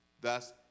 Thus